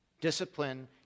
Discipline